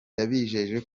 yabijeje